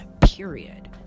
period